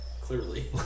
Clearly